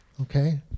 okay